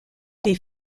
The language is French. est